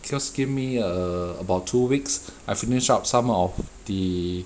just give me err about two weeks I finished up some of the